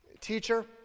Teacher